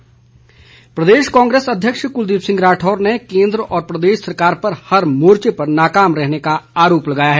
राढौर प्रदेश कांग्रेस अध्यक्ष कुलदीप राठौर ने केंद्र व प्रदेश सरकार पर हर मोर्चे पर नाकाम रहने का आरोप लगाया है